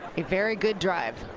a very good drive.